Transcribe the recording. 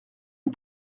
une